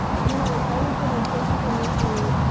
you know it's always been important for me to